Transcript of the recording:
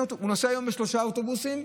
הוא נוסע היום בשלושה אוטובוסים,